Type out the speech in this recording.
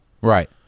Right